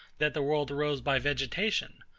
that the world arose by vegetation,